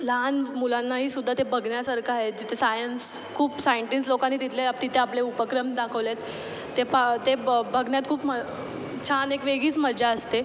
लहान मुलांनाही सुद्धा ते बघण्यासारखं आहे जिथे सायन्स खूप सायंटीस्ट लोकांनी तिथले आ तिथे आपले उपक्रम दाखवले आहेत ते पा ते ब बघण्यात खूप छान एक वेगळीच मजा असते